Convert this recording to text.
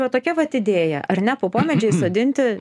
va tokia vat idėja ar ne po pomedžiu įsodinti